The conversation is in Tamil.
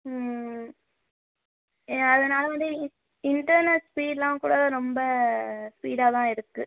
ஏ அதனால வந்து இன்டர்நெட் ஸ்பீட்லா கூட ரொம்ப ஸ்பீடாக தான் இருக்குது